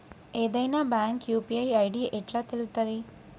ఏదైనా bank UPI ID ఎట్లా తెలుత్తది?